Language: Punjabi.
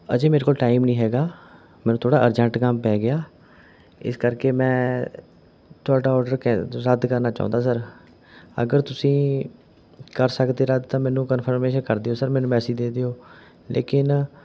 ਅਜੇ ਮੇਰੇ ਕੋਲ ਟਾਈਮ ਨਹੀਂ ਹੈਗਾ ਮੈਨੂੰ ਥੋੜ੍ਹਾ ਅਰਜੈਂਨਟ ਕੰਮ ਪੈ ਗਿਆ ਇਸ ਕਰਕੇ ਮੈਂ ਤੁਹਾਡਾ ਆਰਡਰ ਕੈ ਰੱਦ ਕਰਨਾ ਚਾਹੁੰਦਾ ਸਰ ਅਗਰ ਤੁਸੀਂ ਕਰ ਸਕਦੇ ਰੱਦ ਤਾਂ ਮੈਨੂੰ ਕਨਫਰਮੇਸ਼ਨ ਕਰ ਦਿਓ ਸਰ ਮੈਨੂੰ ਮੈਸੀਜ ਦੇ ਦਿਓ ਲੇਕਿਨ